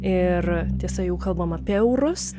ir tiesa jau kalbae apie eurus